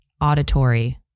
auditory